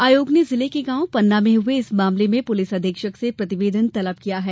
आयोग ने जिले के गांव पन्ना में हुए इस मामले में पुलिस अधीक्षक से प्रतिवेदन तलब किया है